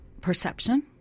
perception